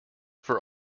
for